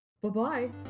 Bye-bye